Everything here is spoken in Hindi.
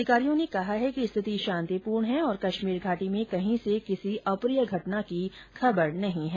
अधिकारियों ने कहा कि स्थिति शांतिपूर्ण है और कश्मीर घाटी में कहीं से किसी अप्रिय घटना की सूचना नहीं है